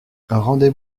rendez